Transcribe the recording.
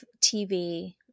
tv